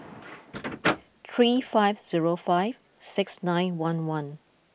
three five zero five six nine one one